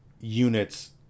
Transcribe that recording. units